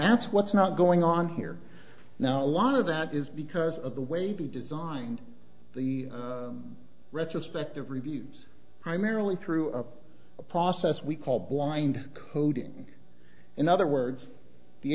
that's what's not going on here now a lot of that is because of the way be designed the retrospective reviews primarily through a process we call blind coding in other words the